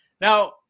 Now